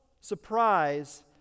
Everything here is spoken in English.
surprise